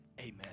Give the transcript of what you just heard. amen